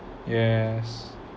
yes